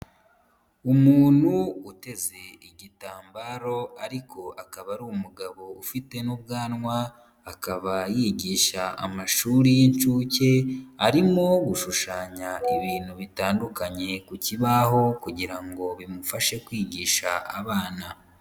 Umuntu uteze igitambaro ariko akaba ari umugabo ufite n'ubwanwa, akaba yigisha amashuri y'incuke, arimo gushushanya ibintu bitandukanye ku kibaho kugira ngo bimufashe kwigisha abana.